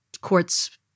courts